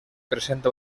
presenta